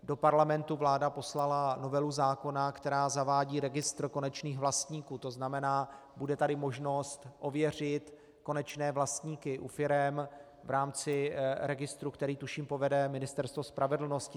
Do Parlamentu vláda poslala novelu zákona, která zavádí registr konečných vlastníků, to znamená, bude tady možnost ověřit konečné vlastníky u firem v rámci registru, který tuším povede Ministerstvo spravedlnosti.